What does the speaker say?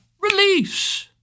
release